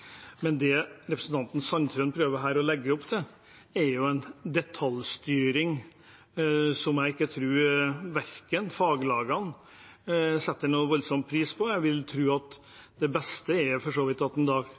men det representanten Sandtrøen her prøver å legge opp til, er en detaljstyring som jeg ikke tror faglagene setter noen voldsom pris på. Jeg vil tro at det beste for så vidt